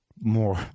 more